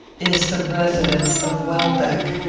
is the residence of welbeck.